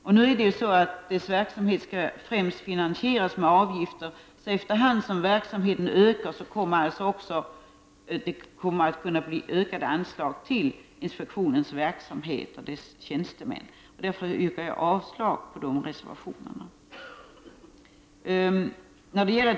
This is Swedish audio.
Dessutom skall dess verksamhet främst finansieras med avgifter, så efter hand som verksam = Prot. 1989/90:104 heten ökar kommer det också att bli mer pengar till inspektionens verksam = 18 april 1990 het. Därför yrkar jag avslag på de reservationerna.